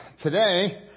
Today